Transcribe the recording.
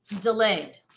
delayed